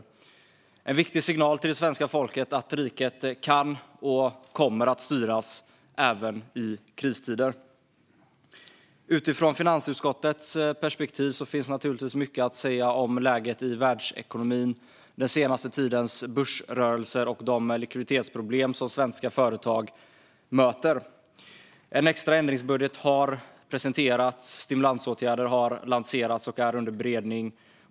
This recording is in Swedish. Det är en viktig signal till svenska folket att riket kan och kommer att styras även i kristider. Utifrån finansutskottets perspektiv finns det naturligtvis mycket att säga om läget i världsekonomin med den senaste tidens börsrörelser och de likviditetsproblem som svenska företag möter. En extra ändringsbudget har presenterats, och stimulansåtgärder har lanserats och är under beredning.